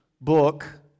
book